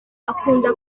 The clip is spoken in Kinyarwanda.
akunda